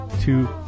two